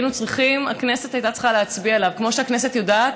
הכנסת הייתה צריכה להצביע עליו כמו שהכנסת יודעת